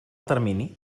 termini